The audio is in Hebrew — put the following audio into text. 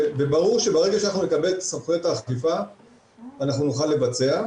וברור שכשנקבל אותן נוכל לבצע,